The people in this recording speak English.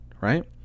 right